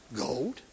gold